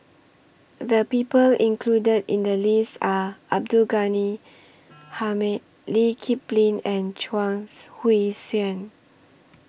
The People included in The list Are Abdul Ghani Hamid Lee Kip Lin and Chuang Hui Tsuan